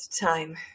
time